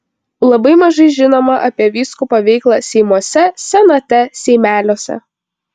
labai mažai žinoma apie vyskupo veiklą seimuose senate seimeliuose